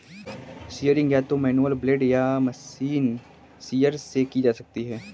shearing या तो manual blade या मशीन शीयर से की जा सकती है